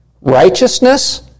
Righteousness